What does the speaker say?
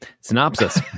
synopsis